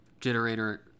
Generator